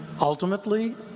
ultimately